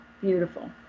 Beautiful